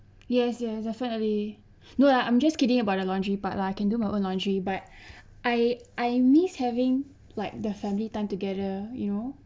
yes yes definitely no lah I'm just kidding about the laundry part lah I can do my own laundry but I I miss having like the family time together you know